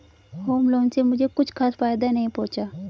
home loan से मुझे कुछ खास फायदा नहीं पहुंचा